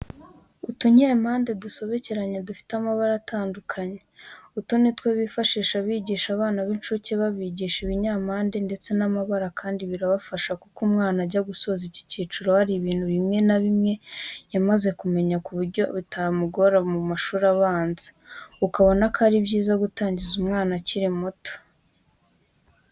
Utunyempande dusobekeranye dufite amabara atandukanye, utu ni utwo bifashisha bigisha abana b'incuke babibigisha ibinyampande ndetse n'amabara kandi birabafasha kuko umwana ajya gusoza iki cyiciro hari ibintu bimwe yamaze kumenya ku buryo bitazamugora mu mashuri abanza, ukabona ko ari byiza gutangiza umwana akiri muto.